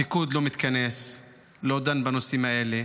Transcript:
הפיקוד לא מתכנס, לא דן בנושאים האלה.